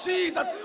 Jesus